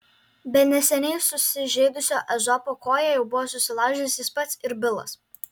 be neseniai susižeidusio ezopo koją jau buvo susilaužęs jis pats ir bilas